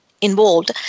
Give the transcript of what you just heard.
involved